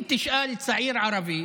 אם תשאל צעיר ערבי,